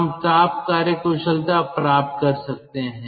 हम ताप कार्यकुशलता प्राप्त कर सकते हैं